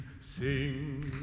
sing